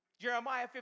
Jeremiah